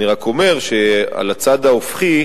אני רק אומר שעל הצד ההופכי,